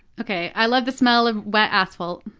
okay, i love the smell of wet asphalt.